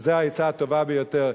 וזו העצה הטובה ביותר.